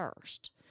first